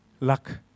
luck